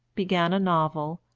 began a novel,